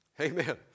Amen